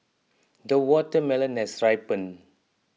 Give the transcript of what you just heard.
the watermelon has ripened